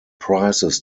prizes